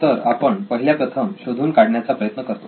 तर आपण पहिल्याप्रथम शोधून काढण्याचा प्रयत्न करतो